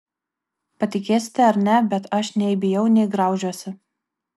patikėsite ar ne bet aš nei bijau nei graužiuosi